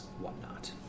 whatnot